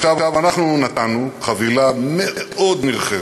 עכשיו, אנחנו נתנו חבילה מאוד נרחבת,